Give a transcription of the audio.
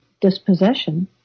dispossession